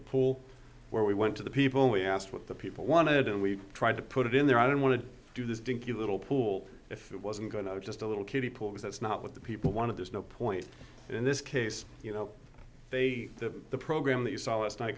the pool where we went to the people we asked what the people wanted and we tried to put it in there i don't want to do this dinky little pool if it wasn't going to just a little kiddie pool was that's not what the people wanted there's no point in this case you know they that the program that you saw last night